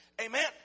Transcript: Amen